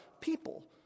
People